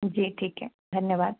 जी ठीक है धन्यवाद